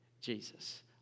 Jesus